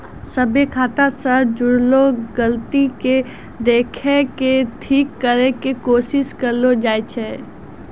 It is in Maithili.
सभ्भे खाता से जुड़लो गलती के देखि के ठीक करै के कोशिश करलो जाय छै